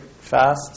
fast